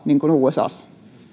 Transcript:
niin kuin usassa